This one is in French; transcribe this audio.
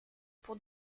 pour